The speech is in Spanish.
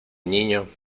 niño